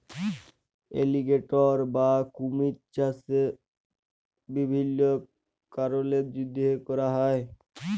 alligator বা কুমিরের চাষ বিভিল্ল্য কারলের জ্যনহে ক্যরা হ্যয়